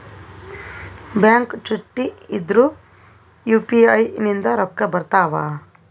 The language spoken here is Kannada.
ಬ್ಯಾಂಕ ಚುಟ್ಟಿ ಇದ್ರೂ ಯು.ಪಿ.ಐ ನಿಂದ ರೊಕ್ಕ ಬರ್ತಾವಾ?